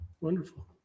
Wonderful